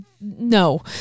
no